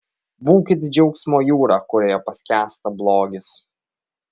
būkit džiaugsmo jūra kurioje paskęsta blogis